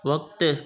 वक़्ति